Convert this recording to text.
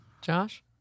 josh